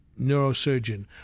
neurosurgeon